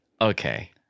Okay